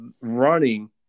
running